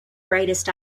brightest